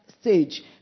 stage